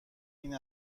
این